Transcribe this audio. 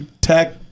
tech